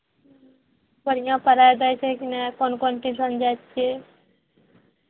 बढ़िआँ पढ़ाइ दै छै कि नहि कोन कोन ट्यूशन जाइ छिही